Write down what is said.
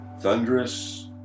thunderous